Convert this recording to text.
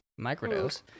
microdose